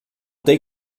tem